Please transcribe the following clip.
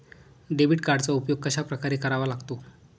Debit कार्डचा उपयोग कशाप्रकारे करावा लागतो?